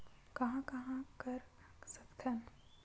कहां कहां कर सकथन?